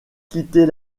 quitter